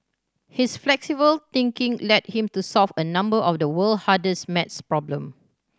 his flexible thinking led him to solve a number of the world hardest math problem